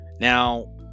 Now